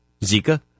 Zika